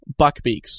Buckbeaks